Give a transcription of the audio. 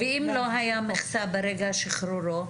ואם לא היה מכסה ברגע שחרורו?